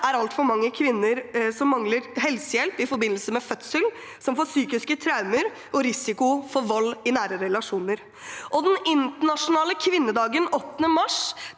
det altfor mange kvinner som mangler helsehjelp i forbindelse med fødsel, som får psykiske traumer og har risiko for vold i nære relasjoner. Den internasjonale kvinnedagen 8. mars